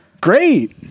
Great